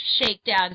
Shakedown